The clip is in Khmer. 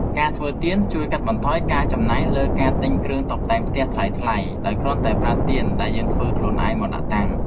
ការធ្វើទៀនជួយកាត់បន្ថយការចំណាយលើការទិញគ្រឿងតុបតែងផ្ទះថ្លៃៗ ដោយគ្រាន់តែប្រើទៀនដែលយើងធ្វើខ្លួនឯងមកដាក់តាំង។